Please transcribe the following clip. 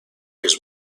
his